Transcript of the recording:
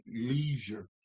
leisure